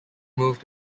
moved